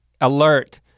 alert